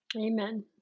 Amen